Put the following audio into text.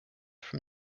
from